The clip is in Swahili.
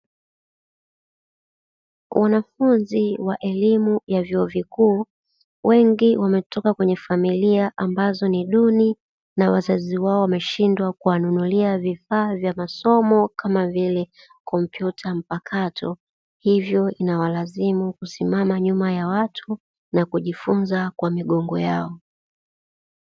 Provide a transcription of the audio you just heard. Wanafunzi wa elimu ya vyuo vikuu, wengi wametoka kwenye familia ambazo ni duni na wazazi wao wameshindwa kuwanunulia vifaa vya masomo, kama vile kompyuta mpakato. Hivyo inawalazimu kusimama nyuma ya watu na kujifunza kwa migongo yao.